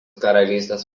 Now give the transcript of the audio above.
karalystės